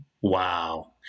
wow